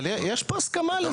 אבל יש פה הסכמה על זה.